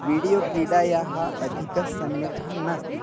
video क्रीडायाः अधिकं सम्यक् नास्ति